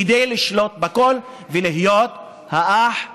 כדי לשלוט בכול ולהיות האח הגדול.